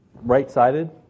right-sided